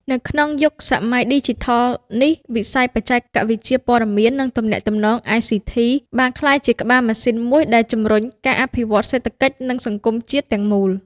នៅក្នុងយុគសម័យឌីជីថលនេះ វិស័យ បច្ចេកវិទ្យាព័ត៌មាន និងទំនាក់ទំនង (ICT) បានក្លាយជាក្បាលម៉ាស៊ីនមួយដែលជំរុញការអភិវឌ្ឍសេដ្ឋកិច្ចនិងសង្គមជាតិទាំងមូល។